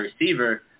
receiver